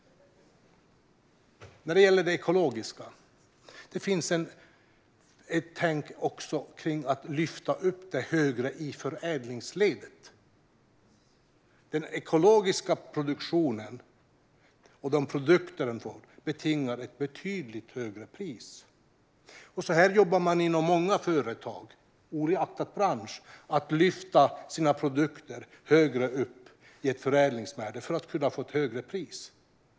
När det gäller det ekologiska finns det ett tänk också kring att lyfta upp det högre i förädlingsledet. Den ekologiska produktionen och de ekologiska produkterna betingar ett betydligt högre pris. Så här jobbar man inom många företag oavsett bransch, det vill säga man lyfter sina produkter i förädlingsledet för att kunna få ett högre pris.